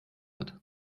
hat